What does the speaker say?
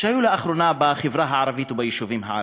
שהיו לאחרונה בחברה הערבית וביישובים הערביים.